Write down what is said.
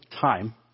time